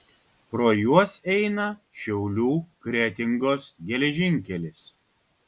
pro juos eina šiaulių kretingos geležinkelis